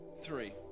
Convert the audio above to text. three